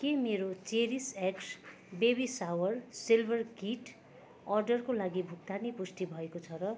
के मेरो Cherish X baby shower silver kit अर्डरको लागि भुक्तानी पुष्टि भएको छ र